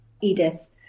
Edith